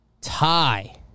Tie